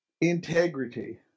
integrity